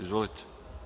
Izvolite.